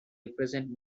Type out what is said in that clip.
represent